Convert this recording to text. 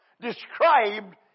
described